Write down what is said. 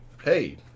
Hey